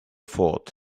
thought